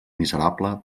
miserable